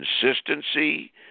consistency